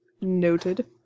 Noted